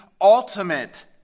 ultimate